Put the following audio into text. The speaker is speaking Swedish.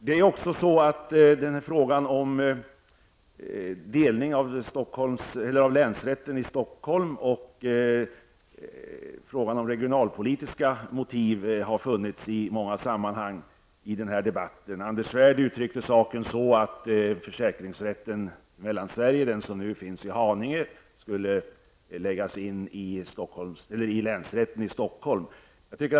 En annan fråga gäller delning av länsrätterna i Stockholm och de regionalpolitiska motiv som har framförts i debatten. Anders Svärd uttryckte saken så att försäkringsrätten i Mellanssverige, den som nu finns i Haninge, skulle läggas in i länsrätten i Stockholm.